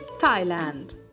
Thailand